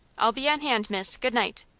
i'll be on hand, miss. good-night!